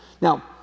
Now